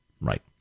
right